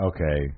Okay